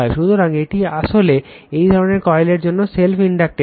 সুতরাং এটি আসলে এই ধরনের কয়েলের জন্য সেল্ফ ইন্ডাকট্যান্স